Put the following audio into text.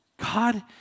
God